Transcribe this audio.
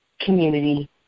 community